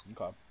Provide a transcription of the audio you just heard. Okay